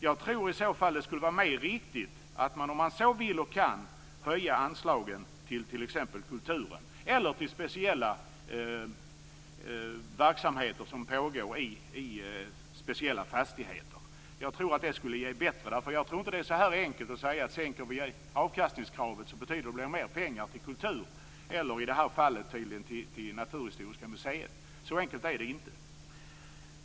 Jag tror i så fall att det skulle vara mer riktigt att man, om man så vill och kan, höjer anslagen till t.ex. kulturen eller till speciella verksamheter som pågår i speciella fastigheter. Jag tror att det är bättre. Jag tror nämligen inte att det inte är så enkelt som att säga att sänker vi avkastningskravet så betyder det att det blir mer pengar till kultur eller, i det här fallet, till Naturhistoriska museet. Så enkelt är det inte.